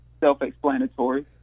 self-explanatory